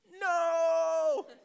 no